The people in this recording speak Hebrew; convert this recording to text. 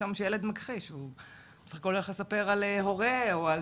הוא בסך הכול הולך לספר על הורה או על